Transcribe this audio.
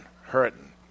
hurting